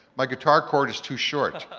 my guitar chord is too short.